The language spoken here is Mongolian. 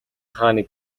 хааны